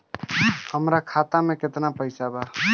हमरा खाता में केतना पइसा बा?